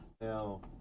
Now